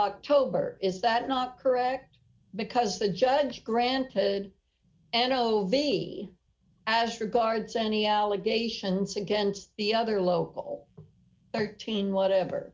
october is that not correct because the judge granted and over as regards any allegations against the other local thirteen whatever